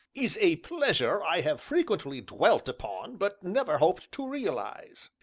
is a pleasure i have frequently dwelt upon, but never hoped to realize.